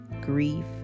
grief